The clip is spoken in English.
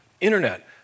internet